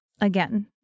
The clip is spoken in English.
again